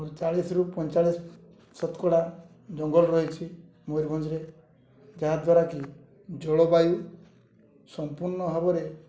ଚାଳିଶି ରୁ ପଇଁଚାଳିଶି ଶତକଡ଼ା ଜଙ୍ଗଲ ରହିଛି ମୟୂରଭଞ୍ଜରେ ଯାହାଦ୍ୱାରା କି ଜଳବାୟୁ ସମ୍ପୂର୍ଣ୍ଣ ଭାବରେ